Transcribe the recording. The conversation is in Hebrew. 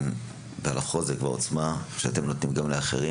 אנחנו מודים לכם על החוזק והעוצמה שאתם נותנים גם לאחרים.